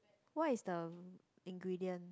what is the ingredient